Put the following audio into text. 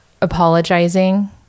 apologizing